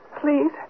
Please